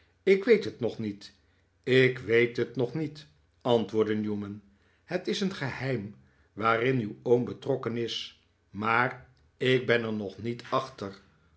ik weet het nog niet ik weet het nog niet antwoordde newman het is een geheim waarin uw oom betrokken is maar ik ben er nog niet achter